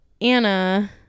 anna